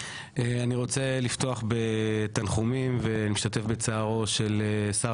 אני רוצה לפתוח בתנחומים ולהשתתף בצערו של שר